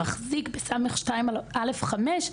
שמחזיק ב-ס(2)(א)(5)